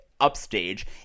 upstage